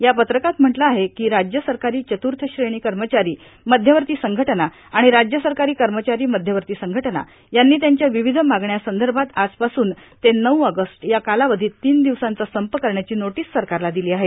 या पत्रकात म्हटलं आहे की राज्य सरकारी चतुर्थश्रेणी कर्मचारी मध्यवर्ती संघटना आणि राज्य सरकारी कर्मचारी मध्यवर्ती संघटना यांनी त्यांच्या विविध मागण्यासंदर्भात आजपासून ते नऊ ऑगस्ट या कालावधीत तीन दिवसाचा संप करण्याची नोटीस सरकारला दिली आहे